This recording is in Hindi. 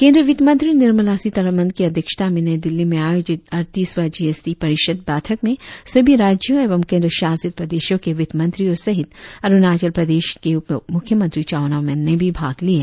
केंद्रीय वित्त मंत्री निर्मला सीतारमन की अध्यक्षता में नई दिल्ली में आयोजित अड़तीसवां जी एस टी परिषद बैठक में सभी राज्यों एवं केंद्र शासित प्रदेशों के वित्त मंत्रियों सहित अरुणाचल प्रदेश उपमुख्यमंत्री चाउना मैन ने भी भाग लिया